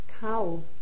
cow